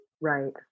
Right